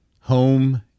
home